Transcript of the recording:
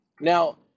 Now